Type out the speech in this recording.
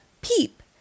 Peep